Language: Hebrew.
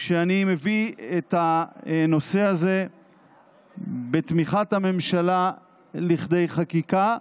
כשאני מביא את הנושא הזה בתמיכת הממשלה לכדי חקיקה,